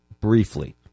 briefly